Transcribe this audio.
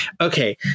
Okay